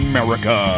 America